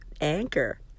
Anchor